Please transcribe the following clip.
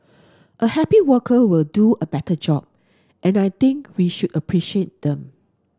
a happy worker will do a better job and I think we should appreciate them